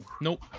Nope